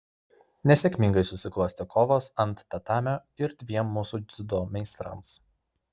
nesėkmingai susiklostė kovos ant tatamio ir dviem mūsų dziudo meistrams